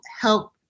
help